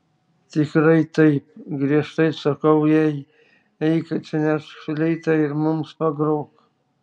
tikrai taip griežtai sakau jai eik atsinešk fleitą ir mums pagrok